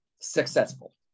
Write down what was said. successful